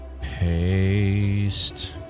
paste